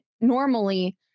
normally